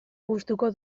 gustuko